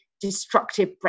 destructive